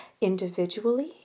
individually